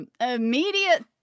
immediate